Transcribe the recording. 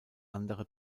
andere